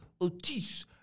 Otis